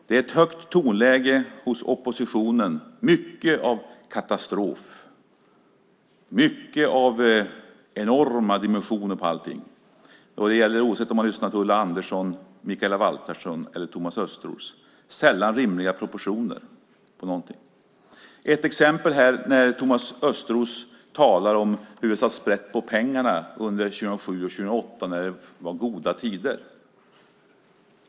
Det är ett högt tonläge hos oppositionen, mycket av katastrof, enorma dimensioner på allting. Det gäller oavsett om man lyssnar på Ulla Andersson, Mikaela Valtersson eller Thomas Östros - sällan rimliga proportioner på någonting. Ett exempel är när Thomas Östros talar om hur vi har satt sprätt på pengarna under 2007 och 2008 när det var goda tider.